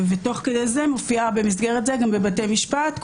תוך כדי זה אני מופיעה בבתי משפט,